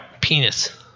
Penis